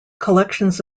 collections